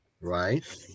right